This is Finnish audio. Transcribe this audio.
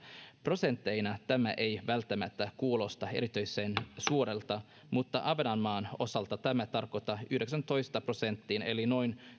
prosentteina tämä ei välttämättä kuulosta erityisen suurelta mutta ahvenanmaan osalta tämä tarkoittaa yhdeksäntoista prosentin eli noin